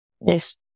yes